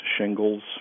shingles